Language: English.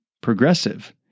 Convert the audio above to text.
progressive